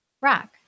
rock